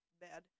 bad